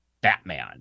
batman